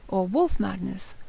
or wolf-madness,